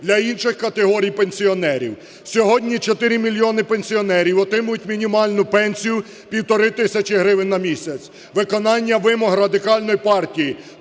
для інших категорій пенсіонерів. Сьогодні 4 мільйони пенсіонерів отримують мінімальну пенсію: півтори тисячі гривень на місяць. Виконання вимог Радикальної партії